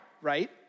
right